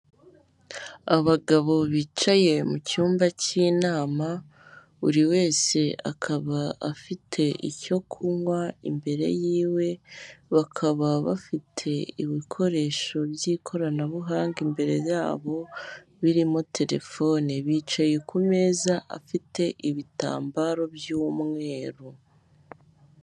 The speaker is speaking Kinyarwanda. Abagabo bicaye mu cyumba cy'inama buri wese akaba afite icyo kunywa imbere yiwe, bakaba bafite ibikoresho by'ikoranabuhanga imbere yabo birimo terefone, bicaye ku meza afite ibitambaro by'umweru